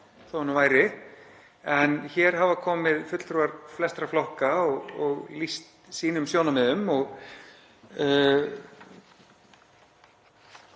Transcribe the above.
nú væri, en hér hafa komið fulltrúar flestra flokka og lýst sínum sjónarmiðum og